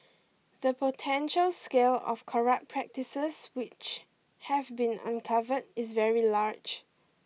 the potential scale of corrupt practices which have been uncovered is very large